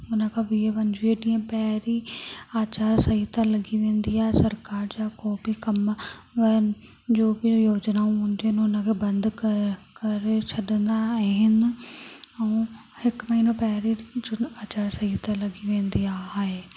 उन खां वीह पंजवीह ॾींहुं पहिरीं आचार संहिता लॻी वेंदी आहे सरकार जा को बि कम जो बि योजनाऊं हूंदियूं आहिनि उन खे बंदि क करे छॾंदा आहिनि ऐं हिकु महिनो पहिरें चु आचार संहिता लॻी वेंदी आहे